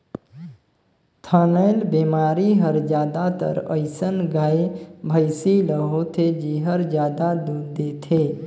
थनैल बेमारी हर जादातर अइसन गाय, भइसी ल होथे जेहर जादा दूद देथे